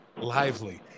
lively